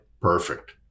Perfect